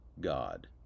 God